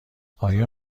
آیا